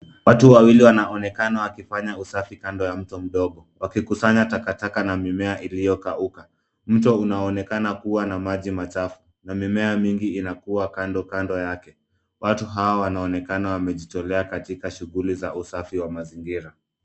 Watu wawili wanaonekana wakifanya usafi kando ya mto mdogo wakikusanya takataka na mimea iliyokauka. Mto unaonekana kuwa na maji machafu na mimea mingi inakua kando kando yake. Watu hawa wanaonekana wamejitolea katika shughuli za usafi wa mazingira.